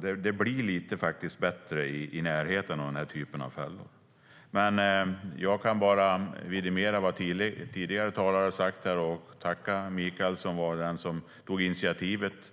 Det blir faktiskt lite bättre i närheten av den typen av fällor. Jag kan bara vidimera vad tidigare talare har sagt och tackar Mikael Oscarsson, som var den som tog initiativet.